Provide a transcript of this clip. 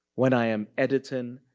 when i am editing,